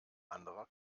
anderer